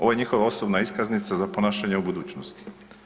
Ovo je njihova osobna iskaznica za ponašanje u budućnosti.